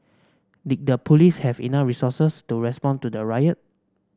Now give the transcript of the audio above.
did the police have enough resources to respond to the riot